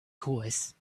course